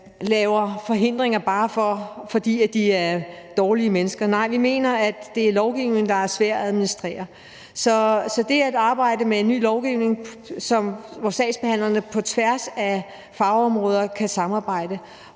laver forhindringer, bare fordi de er dårlige mennesker. Nej, vi mener, at det er lovgivningen, der er svær at administrere. Så det er et arbejde med en ny lovgivning, hvor sagsbehandlerne på tværs af fagområder kan samarbejde,